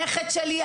או הנכד שלי,